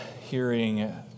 hearing